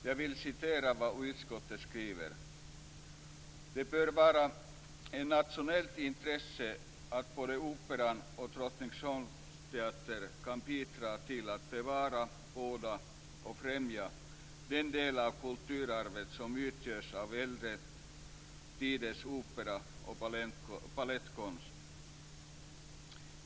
Jag vill citera vad utskottet skriver: "Det bör vara ett nationellt intresse att både Operan och Drottningholmsteatern kan bidra till att bevara, vårda och främja den del av kulturarvet som utgörs av äldre tiders opera och balettkonst."